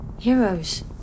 Heroes